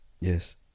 Yes